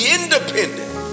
independent